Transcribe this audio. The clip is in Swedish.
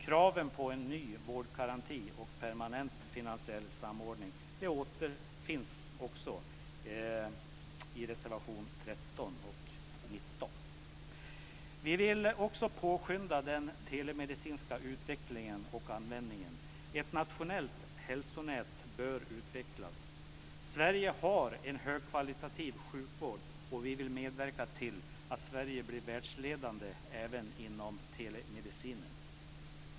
Kraven på en ny vårdgaranti och permanent finansiell samordning återfinns också i reservationerna nr 13 och 19. Vi vill också påskynda den telemedicinska utvecklingen och användningen. Ett nationellt hälsonät bör utvecklas. Sverige har en högkvalitativ sjukvård, och vi vill medverka till att Sverige blir världsledande även inom telemedicinen.